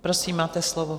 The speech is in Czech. Prosím, máte slovo.